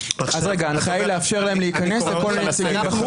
ההנחיה לאפשר להם להיכנס, לכל הנציגים בחוץ?